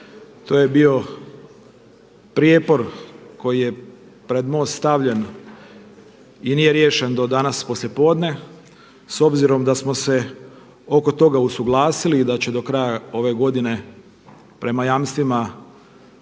To je bio prijepor koji je pred MOST stavljen i nije riješen do danas poslijepodne. S obzirom da smo se oko toga usuglasili i da će do kraja ove godine prema jamstvima